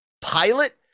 pilot